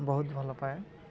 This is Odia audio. ବହୁତ ଭଲ ପାଏ